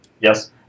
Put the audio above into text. Yes